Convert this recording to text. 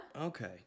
Okay